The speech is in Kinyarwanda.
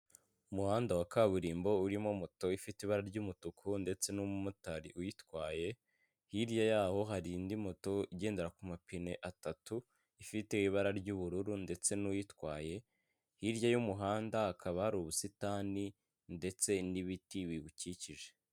Umuhanda wa kaburimbo urimo moto ifite ibara ry'umutuku ndetse n'umumotari uyitwaye, hirya yaho hari indi moto igendera ku mapine atatu, ifite ibara ry'ubururu ndetse n'uwitwaye hirya y'umuhanda hakaba hari ubusitani ndetse n'ibiti biwukikije.